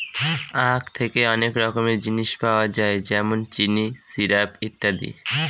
আঁখ থেকে অনেক রকমের জিনিস পাওয়া যায় যেমন চিনি, সিরাপ, ইত্যাদি